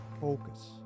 focus